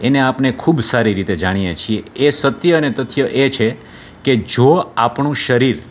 એને આપને ખૂબ સારી રીતે જાણીએ છીએ એ સત્ય અને તથ્ય એ છે કે જો આપણું શરીર